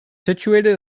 situated